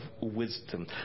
wisdom